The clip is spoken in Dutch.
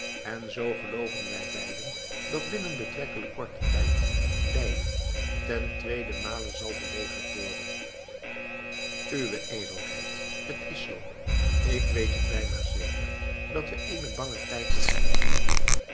en zoo gelooven wij beiden dat binnen betrekkelijk korten tijd leiden ten tweeden male zal belegerd worden uwe edelheid het is zoo ik weet het bijna zeker dat we eenen bangen tijd tegemoet gaan